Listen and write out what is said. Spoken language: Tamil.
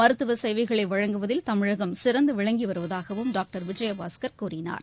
மருத்துவசேவைகளைவழங்குவதில் தமிழகம் சிறந்துவிளங்கிவருவதாகவும் டாங்டர் விஜயபாஸ்கள் கூறினார்